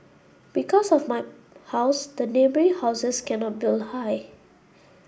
because of my house the neighbouring houses cannot build high